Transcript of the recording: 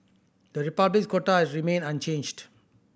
the Republic's quota has remained unchanged